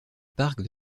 parc